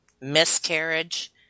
miscarriage